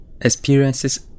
experiences